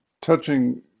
touching